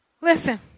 Listen